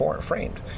framed